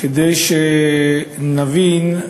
כדי שנבין,